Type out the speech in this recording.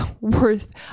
worth